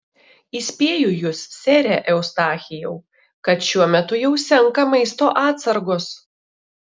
įspėju jus sere eustachijau kad šiuo metu jau senka maisto atsargos